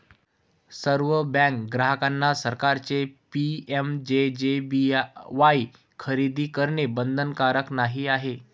सर्व बँक ग्राहकांना सरकारचे पी.एम.जे.जे.बी.वाई खरेदी करणे बंधनकारक नाही आहे